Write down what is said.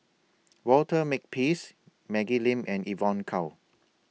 Walter Makepeace Maggie Lim and Evon Kow